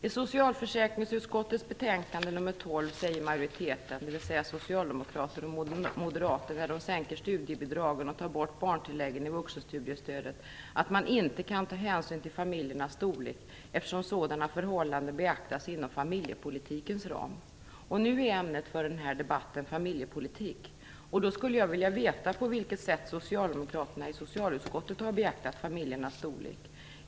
I socialförsäkringsutskottets betänkande nr 12 säger majoriteten, dvs. socialdemokrater och moderater, när de sänker studiebidragen och tar bort barntilläggen i vuxenstudiestödet att man inte kan ta hänsyn till familjernas storlek, eftersom sådana förhållanden beaktas inom familjepolitikens ram. Nu är ämnet för den här debatten familjepolitik, och då skulle jag vilja veta på vilket sätt socialdemokraterna i socialutskottet har beaktat familjernas storlek.